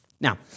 Now